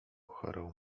chorą